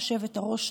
היושבת-ראש,